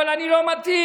אבל אני לא מתאים,